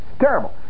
Terrible